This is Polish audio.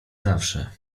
zawsze